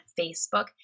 Facebook